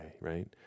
right